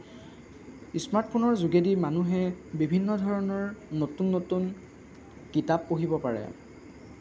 স্মাৰ্টফোনৰ যোগেদি মানুহে বিভিন্ন ধৰণৰ নতুন নতুন কিতাপ পঢ়িব পাৰে